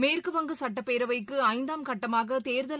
மேற்கு வங்க சட்டப் பேரவைக்கு ஐந்தாம் கட்டமாக தேர்தல்